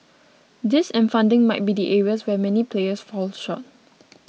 this and funding might be the areas where many players fall short